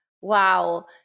Wow